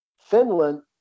Finland